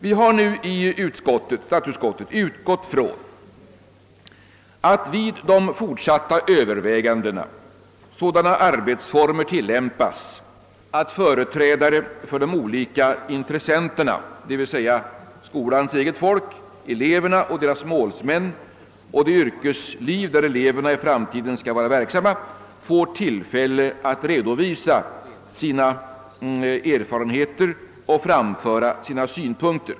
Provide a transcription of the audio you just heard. Vi har i statsutskottet utgått ifrån att vid de fortsatta övervägandena sådana arbetsformer tillämpas att företrädare för de olika intressenterna, d. v. s. skolans eget folk, eleverna och deras målsmän och det yrkesliv inom vilket eleverna skall vara verksamma, får tillfälle att redovisa sina erfarenheter och framföra sina synpunkter.